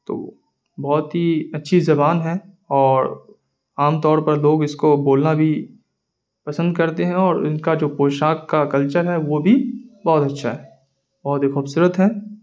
تو بہت ہی اچھی زبان ہے اور عام طور پر لوگ اس کو بولنا بھی پسند کرتے ہیں اور ان کا جو پوشاک کا کلچر ہے وہ بھی بہت اچھا ہے بہت ہی خوبصورت ہے